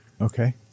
Okay